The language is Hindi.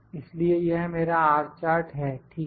इसलिए यह मेरा R चार्ट है ठीक है